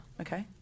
okay